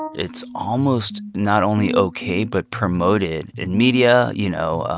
it's almost not only ok, but promoted. in media, you know,